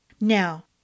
Now